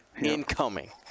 incoming